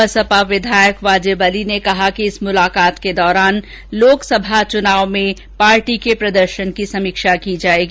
बसपा विधायक वाजिब अली ने कहा कि इस मुलाकात के दौरान लोकसभा चुनाव में पार्टी के प्रदर्शन की समीक्षा भी की जाएगी